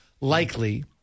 likely